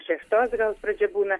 šeštos gal pradžia būna